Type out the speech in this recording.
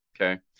Okay